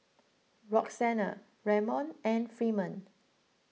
Roxana Ramon and Freeman